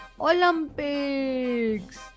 Olympics